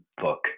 book